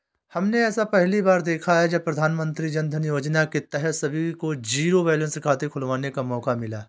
हमने ऐसा पहली बार देखा है जब प्रधानमन्त्री जनधन योजना के तहत सभी को जीरो बैलेंस खाते खुलवाने का मौका मिला